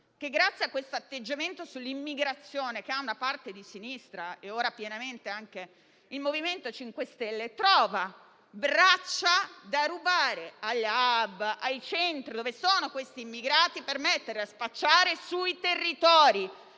grazie a questo atteggiamento sull'immigrazione di una parte della sinistra, e ora pienamente anche del MoVimento 5 Stelle, trova braccia da rubare agli *hub*, ai centri dove si trovano gli immigrati, per metterli a spacciare sui territori.